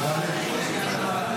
1 ד'?